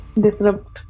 disrupt